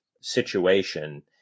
situation